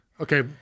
Okay